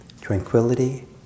tranquility